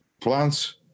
plants